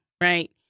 right